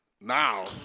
Now